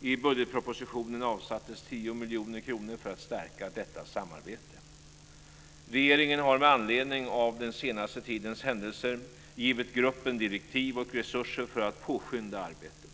I budgetpropositionen avsattes 10 miljoner kronor för att stärka detta samarbete. Regeringen har med anledning av den senaste tidens händelser givit gruppen direktiv och resurser för att påskynda arbetet.